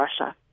Russia